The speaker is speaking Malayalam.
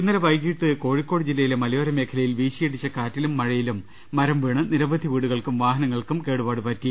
ഇന്നലെ വൈകീട്ട് കോഴിക്കോട് ജില്ലയിലെ മലയോര മേഖല യിൽ വീശിയടിച്ച കാറ്റിലും മഴയിലും മരം വീണ് നിരവധി വീടു കൾക്കും വാഹനങ്ങൾക്കും കേടുപാട് പറ്റി